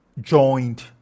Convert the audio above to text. joined